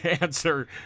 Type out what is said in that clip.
answer